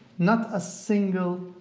not a single,